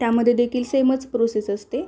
त्यामध्ये देखील सेमच प्रोसेस असते